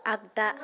आगदा